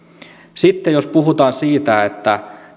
sitten jos puhutaan siitä että